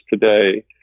today